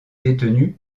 détenu